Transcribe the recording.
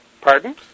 Pardon